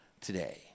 today